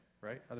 right